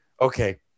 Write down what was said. Okay